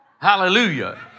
Hallelujah